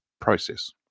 process